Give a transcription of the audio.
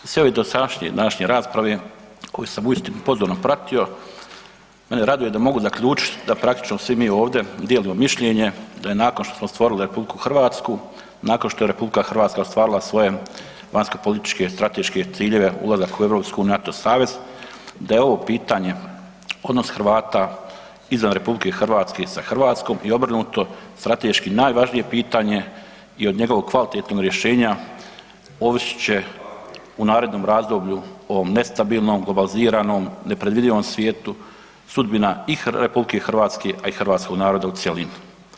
I sve ove dosadašnje naše rasprave koje sam uistinu pozorno pratio mene raduje da mogu zaključiti da praktično svi mi ovdje dijelimo mišljenje da je nakon što smo stvorili RH, nakon što je RH ostvarila svoje vanjsko-političke strateške ciljeve ulazak u EU, NATO savez da je ovo pitanje odnos Hrvata izvan RH sa Hrvatskom i obrnuto strateški najvažnije pitanje i od njegovog kvalitetnog rješenja ovisit će u narednom razdoblju o nestabilnom, globaliziranom, nepredvidivom svijetu sudbina i RH a i Hrvatskog naroda u cjelini.